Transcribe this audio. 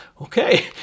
okay